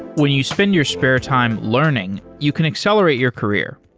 when you spend your spare time learning, you can accelerate your career.